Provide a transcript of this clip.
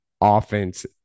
offense